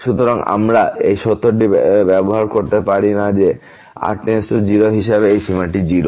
সুতরাং আমরা এই সত্যটি ব্যবহার করতে পারি না যে r → 0 হিসাবে এই সীমাটি 0